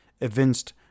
evinced